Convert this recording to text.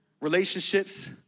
Relationships